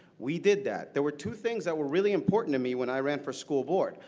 we did that. there were two things that were really important to me when i ran for school board.